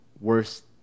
Worst